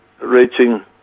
reaching